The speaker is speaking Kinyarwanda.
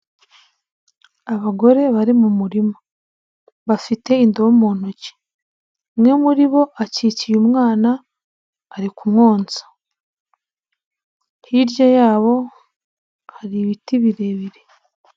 Abagore bari mu murima bafite indobo mu ntoki, umwe muri bo akikiye umwana ari kumwonsa, hirya yabo hari ibiti birebire.